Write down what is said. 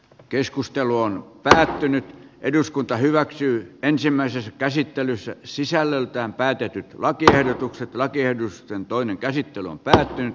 keskustelu on päättynyt eduskunta hyväksyy ensimmäisessä käsittelyssä sisällöltään päätetyt lakiehdotukset läpi edustan toinen käsittely on asiassa